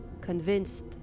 convinced